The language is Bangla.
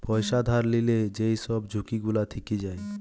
পয়সা ধার লিলে যেই সব ঝুঁকি গুলা থিকে যায়